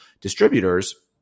distributors